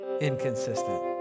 inconsistent